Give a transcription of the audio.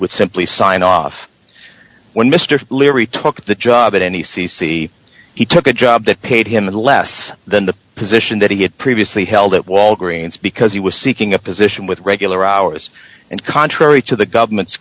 would simply sign off when mr leary took the job at any c c he took a job that paid him less than the position that he had previously held at walgreens because he was seeking a position with regular hours and contrary to the government's